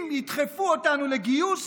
אם ידחפו אותנו לגיוס,